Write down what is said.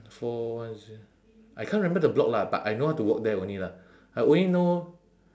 four one zero I can't remember the block lah but I know how to walk there only lah I only know